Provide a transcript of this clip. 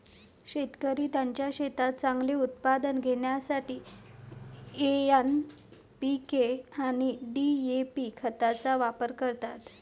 शेतकरी त्यांच्या शेतात चांगले उत्पादन घेण्यासाठी एन.पी.के आणि डी.ए.पी खतांचा वापर करतात